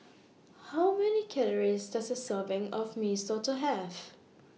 How Many Calories Does A Serving of Mee Soto Have